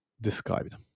described